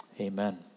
Amen